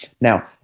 Now